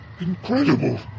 incredible